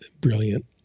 brilliant